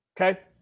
Okay